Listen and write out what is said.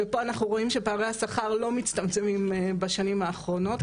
ופה אנחנו רואים שפערי השכר לא מצטמצמים בשנים האחרונות,